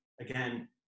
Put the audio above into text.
again